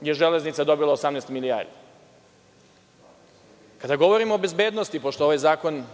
je Železnica dobila 18 milijardi. Kada govorimo o bezbednosti, pošto ovaj zakon